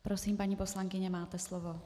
Prosím, paní poslankyně, máte slovo.